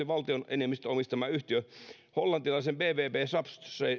valtion enemmistöomistama yhtiö vapohan osti hollantilaisen bvb